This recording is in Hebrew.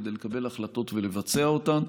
כדי לקבל החלטות ולבצע אותן,